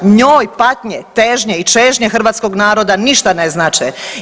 Njoj patnje, težnje i čežnje hrvatskog naroda ništa ne znače.